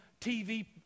TV